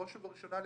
בראש ובראשונה,